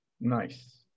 Nice